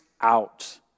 out